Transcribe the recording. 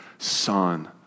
Son